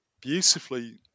beautifully